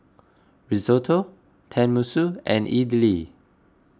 Risotto Tenmusu and Idili